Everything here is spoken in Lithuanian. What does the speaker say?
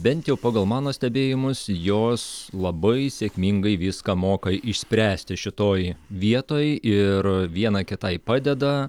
bent jau pagal mano stebėjimus jos labai sėkmingai viską moka išspręsti šitoj vietoj ir viena kitai padeda